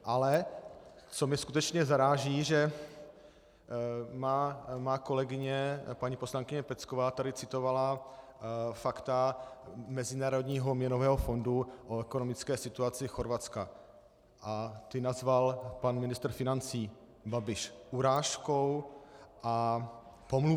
Ale co mě skutečně zaráží, že má kolegyně paní poslankyně Pecková tady citovala fakta Mezinárodního měnového fondu o ekonomické situaci Chorvatska a ta nazval pan ministr financí Babiš urážkou a pomluvou.